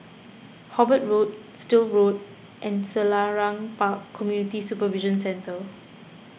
Hobart Road Still Road and Selarang Park Community Supervision Centre